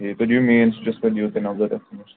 تُہۍ دِیو مین سُچَس پیٚٹھ دِیُو تُہۍ نظر اَتھ